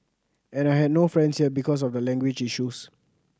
and I had no friends here because of the language issues